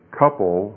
couple